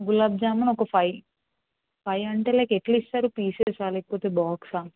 గులాబ్ జామున్ ఒక five five అంటే like ఎట్లిస్తారు పీసెస్సా లేకపోతే బాక్సా